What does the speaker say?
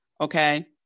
okay